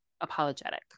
apologetic